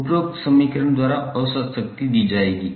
उपरोक्त समीकरण द्वारा औसत शक्ति दी जाएगी